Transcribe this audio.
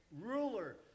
ruler